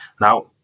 Now